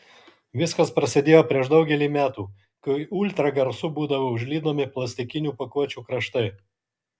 viskas prasidėjo prieš daugelį metų kai ultragarsu būdavo užlydomi plastikinių pakuočių kraštai